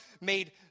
made